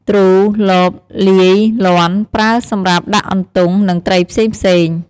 ទ្រូ លប លាយ លាន់ ប្រើសម្រាប់ដាក់អន្ទង់ និងត្រីផ្សេងៗ។